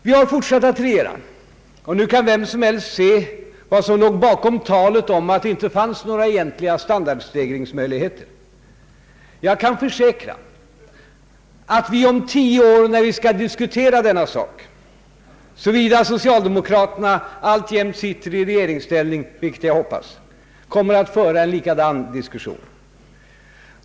Vi har fortsatt att regera, och nu kan vem som helst se vad som låg bakom talet om att det inte fanns några egentliga standardstegringsmöjligheter. Jag kan försäkra att vi om tio år när vi skall diskutera denna sak — såvida socialdemokraterna alltjämt sitter i regeringsställning, vilket jag hoppas — kommer att föra en likadan diskussion.